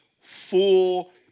Full